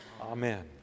Amen